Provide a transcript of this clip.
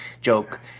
joke